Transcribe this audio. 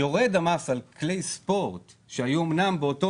יורד המס על כלי ספורט שהיו אמנם באותו